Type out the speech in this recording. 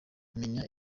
menya